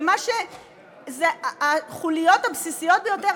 במה שזה החוליות הבסיסיות ביותר,